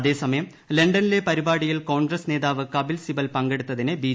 അതേസമയം ലണ്ടനിലെ പരിപാടിയിൽ കോൺഗ്രസ് നേതാവ് കപിൽ സിബൽ പങ്കെടുത്തിനെ ബി